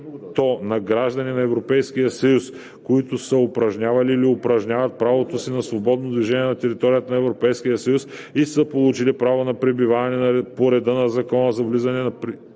на граждани на Европейския съюз, които са упражнявали или упражняват правото си на свободно движение на територията на Европейския съюз и са получили право на пребиваване по реда на Закона за влизането,